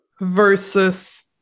versus